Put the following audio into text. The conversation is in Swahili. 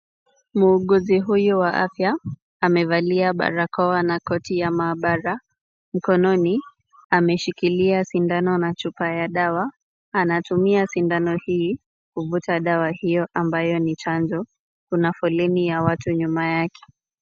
Muuguzi huyu wa afya, amevalia barakoa na koti ya maabara, mikononi, ameshikilia sindano na chupa ya dawa, anatumia sindano hii kuvuta dawa hiyo, ambayo ni chanjo. Kuna foleni ya watu nyuma yake.